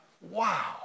Wow